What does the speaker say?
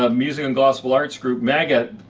ah music and gospel arts group maggot,